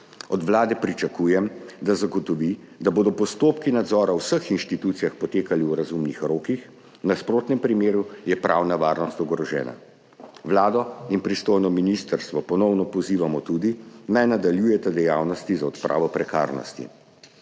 Od Vlade pričakujem, da zagotovi, da bodo postopki nadzora v vseh institucijah potekali v razumnih rokih, v nasprotnem primeru je pravna varnost ogrožena. Vlado in pristojno ministrstvo ponovno tudi pozivamo, naj nadaljujeta dejavnosti za odpravo prekarnosti.